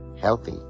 healthy